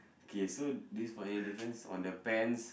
K so do you spot any difference on the pants